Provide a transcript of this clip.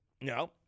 No